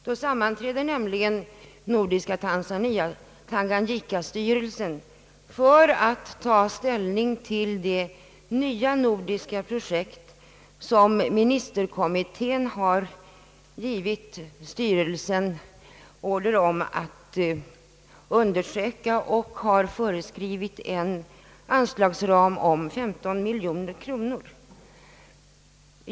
Där sammanträder nämligen nordiska Tanganyikastyrelsen för att ta ställning till det nya nordiska projekt som ministerkommittén har givit styrelsen order om att undersöka. Därvid har föreskrivits en anslagsram på 15 miljoner kronor.